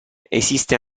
esiste